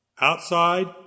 Outside